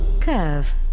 curve